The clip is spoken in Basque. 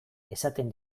esaten